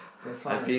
that's why